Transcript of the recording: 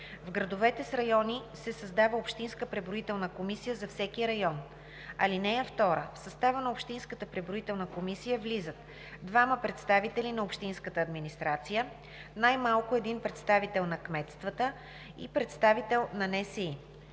В градовете с райони се създава общинска преброителна комисия за всеки район. (2) В състава на общинската преброителна комисия влизат: 1. двама представители на общинската администрация; 2. най-малко един представител на кметствата; 3. представител на НСИ.